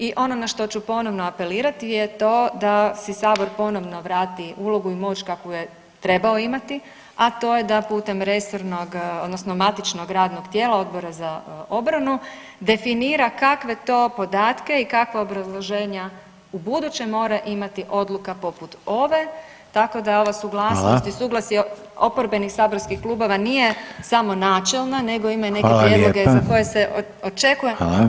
I ono na što ću ponovno apelirati je to da si sabor ponovno vrati ulogu i moć kakvu je trebao imati, a to je da putem resornog odnosno matičnog radnog tijela Odbora za obranu definira kakve to podatke i kakva obrazloženja ubuduće mora imati odluka poput ove tako da ova suglasnost i suglasje oporbenih saborskih klubova nije samo načelna [[Upadica: Hvala lijepa]] nego ima i neke prijedloge za koje se očekuje…